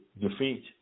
defeat